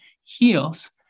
heals